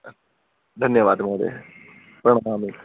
धन्यवादः महोदयः प्रणमामि